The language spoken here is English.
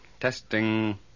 Testing